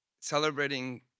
celebrating